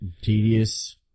tedious